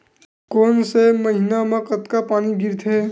कोन से महीना म कतका पानी गिरथे?